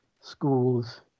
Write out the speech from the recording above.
schools